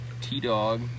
T-Dog